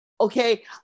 Okay